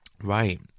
Right